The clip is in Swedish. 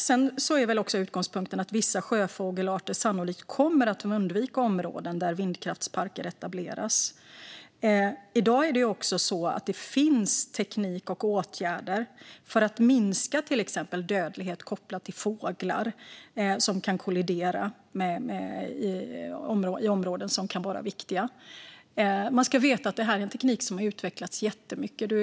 Utgångspunkten är också att vissa sjöfågelarter sannolikt kommer att undvika områden där vindkraftsparker etableras. I dag finns det också teknik och åtgärder för att minska till exempel dödlighet kopplad till fåglar som kan kollidera i områden som kan vara viktiga. Man ska veta att detta är en teknik som har utvecklats jättemycket.